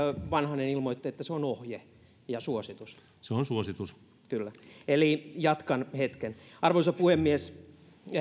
vanhanen ilmoitti että se on ohje ja suositus kyllä eli jatkan hetken arvoisa puhemies